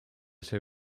see